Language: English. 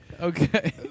Okay